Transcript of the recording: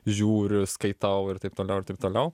žiūriu skaitau ir taip toliau ir taip toliau